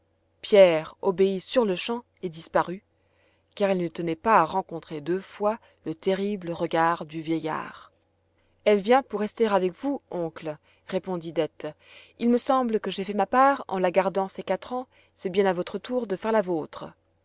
pierre obéit sur-le-champ et disparut car il ne tenait pas à rencontrer deux fois le terrible regard du vieillard elle vient pour rester avec vous oncle répondit dete il me semble que j'ai fait ma part en la gardant ces quatre ans c'est bien à votre tour de faire la vôtre